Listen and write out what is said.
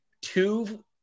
two